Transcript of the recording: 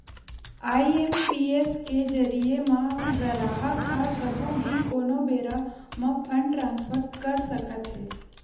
IMPS के जरिए म गराहक ह कभू भी कोनो बेरा म फंड ट्रांसफर कर सकत हे